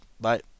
Bye